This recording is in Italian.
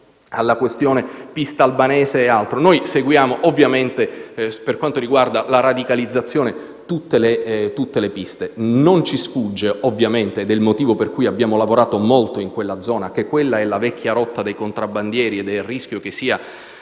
parlava della pista albanese. Noi ovviamente, per quanto riguarda la radicalizzazione, seguiamo tutte le piste. Non ci sfugge - è il motivo per cui abbiamo lavorato molto in quella zona - che quella è la vecchia rotta dei contrabbandieri e c'è il rischio che sia